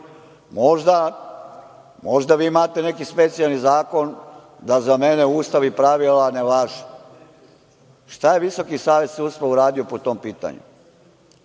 možda vi imate neki specijalan zakon da za mene Ustav i pravila ne važe. Šta je Visoki savet sudstva uradio po tom pitanju?